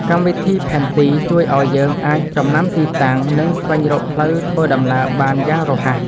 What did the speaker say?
កម្មវិធីផែនទី ជួយឱ្យយើងអាចចំណាំទីតាំង និងស្វែងរកផ្លូវធ្វើដំណើរបានយ៉ាងរហ័ស។